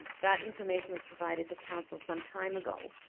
that information was provided to council sometime ago.